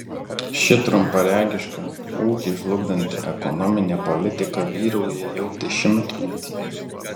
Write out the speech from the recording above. ši trumparegiška ūkį žlugdanti ekonominė politika vyrauja jau dešimtmetį